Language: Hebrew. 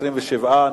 27,